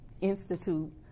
Institute